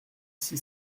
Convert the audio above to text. six